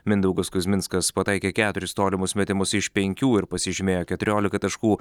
mindaugas kuzminskas pataikė keturis tolimus metimus iš penkių ir pasižymėjo keturiolika taškų